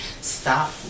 Stop